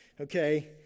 okay